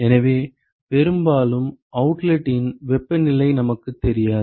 எனவே பெரும்பாலும் அவுட்லெட் இன் வெப்பநிலை நமக்குத் தெரியாது